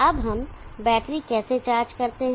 अब हम बैटरी कैसे चार्ज करते हैं